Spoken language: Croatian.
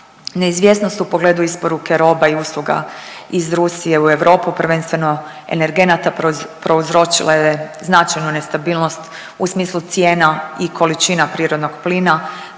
Neizvjesnost u pogledu isporuke roba i usluga iz Rusije u Europu prvenstveno energenata prouzročila je značajnu nestabilnost u smislu cijena i količina prirodnog plina